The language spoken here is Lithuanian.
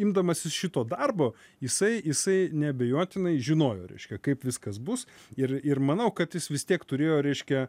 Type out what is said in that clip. imdamasis šito darbo jisai jisai neabejotinai žinojo reiškia kaip viskas bus ir ir manau kad jis vis tiek turėjo reiškia